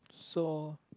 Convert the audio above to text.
so